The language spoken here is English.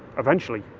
eventually,